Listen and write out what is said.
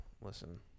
Listen